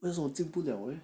为什么进不 liao eh